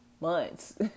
months